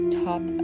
top